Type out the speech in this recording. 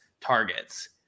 targets